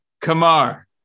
Kamar